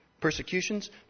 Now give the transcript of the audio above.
Persecutions